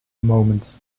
moments